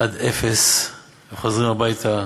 עד אפס וחוזרים הביתה